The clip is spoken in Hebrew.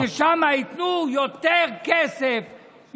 שם ייתנו יותר כסף,